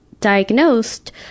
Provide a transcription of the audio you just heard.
diagnosed